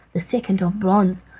the second of bronze,